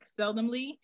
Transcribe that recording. seldomly